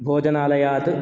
भोजनालयात्